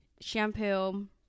shampoo